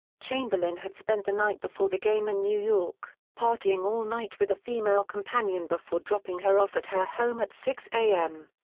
chamberlain had spent the night before the game in new york, partying all night with a female companion before dropping her off at her home at six zero a m.